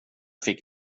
fick